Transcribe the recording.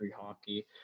hockey